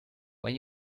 when